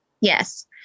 Yes